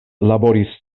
laboris